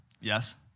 Yes